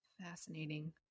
Fascinating